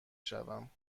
شوم